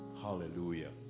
Hallelujah